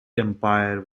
empire